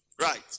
Right